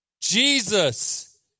Jesus